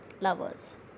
lovers